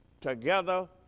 together